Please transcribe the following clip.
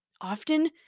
Often